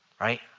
Right